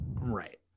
right